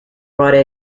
water